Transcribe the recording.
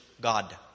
God